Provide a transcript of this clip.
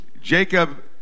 Jacob